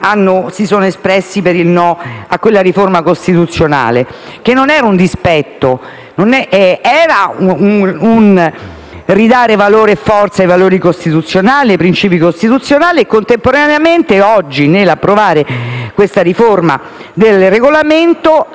si sono espressi per il no a quella riforma costituzionale. E non era un dispetto, ma era un ridare valore e forza ai principi costituzionali. Contemporaneamente oggi, nell'approvare questa riforma del Regolamento,